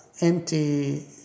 empty